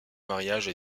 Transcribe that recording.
mariages